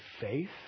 faith